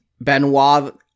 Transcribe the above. Benoit